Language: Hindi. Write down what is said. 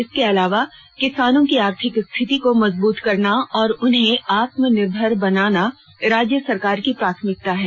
इसके अलावा किसानों की आर्थिक स्थिति को मजबूत करना और उन्हें आत्मनिर्भर बनाना राज्य सरकार की प्राथमिकता है